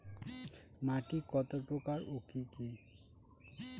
মাটি কত প্রকার ও কি কি?